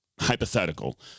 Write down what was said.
hypothetical